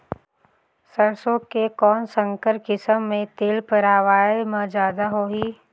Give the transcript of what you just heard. सरसो के कौन संकर किसम मे तेल पेरावाय म जादा होही?